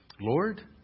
Lord